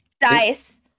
dice